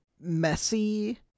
messy